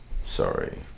Sorry